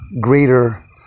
greater